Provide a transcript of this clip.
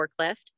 forklift